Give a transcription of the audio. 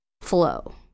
flow